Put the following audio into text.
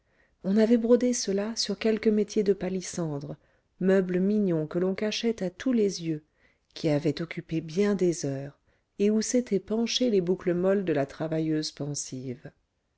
on avait brodé cela sur quelque métier de palissandre meuble mignon que l'on cachait à tous les yeux qui avait occupé bien des heures et où s'étaient penchées les boucles molles de la travailleuse pensive